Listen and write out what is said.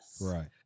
Right